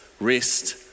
rest